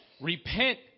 repent